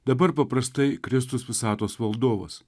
dabar paprastai kristaus visatos valdovas